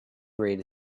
read